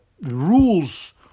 rules